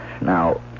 now